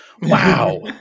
Wow